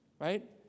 right